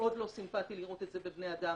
מאוד לא סימפטי לראות את זה בבני אדם.